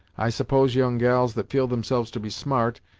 i suppose young gals that feel themselves to be smart,